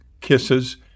kisses